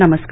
नमस्कार